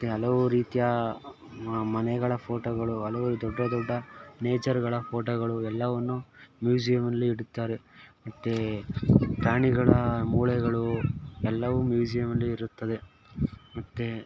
ಮತ್ತು ಹಲವು ರೀತಿಯ ಮನೆಗಳ ಫೋಟೋಗಳು ಹಲವು ದೊಡ್ಡ ದೊಡ್ಡ ನೇಚರುಗಳ ಫೋಟೋಗಳು ಎಲ್ಲವನ್ನು ಮ್ಯೂಝಿಯಮಲ್ಲಿ ಇಡುತ್ತಾರೆ ಮತ್ತೆ ಪ್ರಾಣಿಗಳ ಮೂಳೆಗಳು ಎಲ್ಲವು ಮ್ಯೂಝಿಯಮಲ್ಲಿ ಇರುತ್ತದೆ ಮತ್ತು